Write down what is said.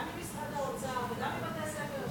גם ממשרד האוצר וגם מבתי-הספר,